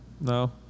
No